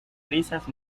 risas